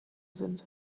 sind